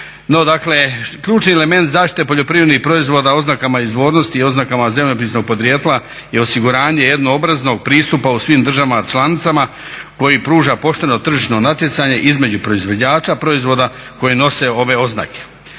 ključni element zaštite poljoprivrednih proizvoda oznakama izvornosti i oznaka zemljopisnog podrijetla je osiguranje jednoobraznog pristupa u svim državama članicama koji pruža pošteno tržišno natjecanje između proizvođača proizvoda koji nose ove oznake.